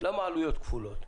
למה עלויות כפולות?